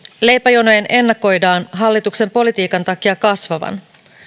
leipäjonojen ennakoidaan hallituksen politiikan takia kasvavan